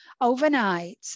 overnight